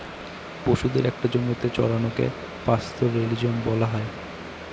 পশুদের একটা জমিতে চড়ানোকে পাস্তোরেলিজম বলা হয়